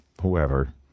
whoever